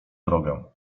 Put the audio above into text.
drogę